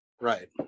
Right